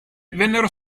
vennero